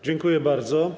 Dziękuję bardzo.